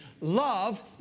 love